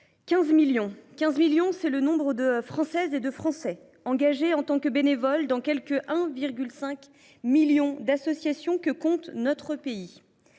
millions, c’est le nombre de Françaises et de Français engagés en tant que bénévoles dans le million et demi d’associations que compte notre pays.